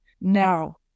now